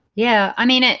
yeah. i mean, ah